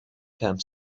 camp